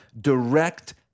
direct